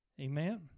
Amen